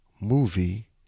movie